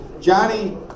Johnny